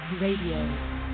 Radio